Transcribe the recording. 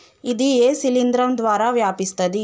ఇది ఏ శిలింద్రం ద్వారా వ్యాపిస్తది?